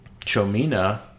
Chomina